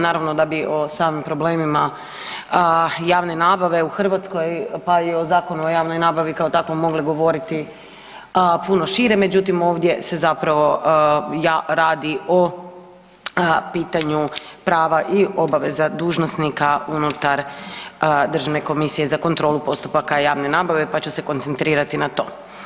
Naravno da bi o samim problemima javne nabave u Hrvatskoj, pa i o Zakonu o javnoj nabavi kao takve mogli govoriti puno šire, međutim, ovdje se zapravo radi o pitanju prava i obaveza dužnosnika unutar Državne komisije za kontrolu postupaka javne nabave, pa ću se koncentrirati na to.